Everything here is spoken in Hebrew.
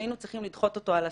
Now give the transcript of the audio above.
היינו צריכים לדחות אותו על הסף.